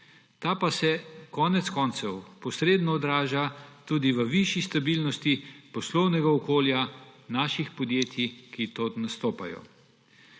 ta pa se konec koncev posredno odraža tudi v višji stabilnosti poslovnega okolja naših podjetij, ki tod nastopajo.